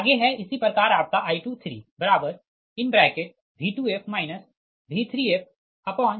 आगे है इसी प्रकार आपका I23V2f V3fj010j0004